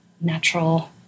natural